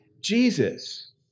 Jesus